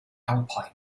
alpine